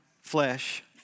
flesh